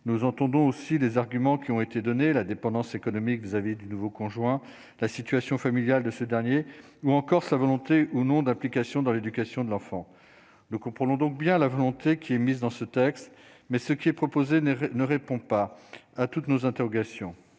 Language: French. nous entendons aussi des arguments qui ont été donnés la dépendance économique vis-à-vis du nouveau conjoint la situation familiale de ce dernier ou encore sa volonté ou non d'application dans l'éducation de l'enfant, nous comprenons donc bien la volonté qui est mise dans ce texte, mais ce qui est proposé ne répond pas à toutes nos interrogations,